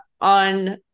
on